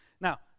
Now